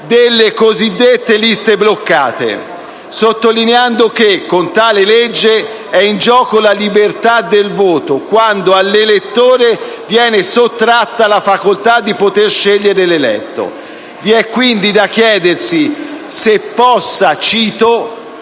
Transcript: delle cosiddette liste bloccate, sottolineando che, con tale legge, è in gioco la libertà del voto quando all'elettore viene sottratta la facoltà di poter scegliere l'eletto. Vi è quindi da chiedersi - cito